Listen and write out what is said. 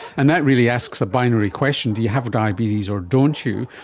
and that really asks a binary question do you have diabetes or don't you?